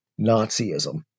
Nazism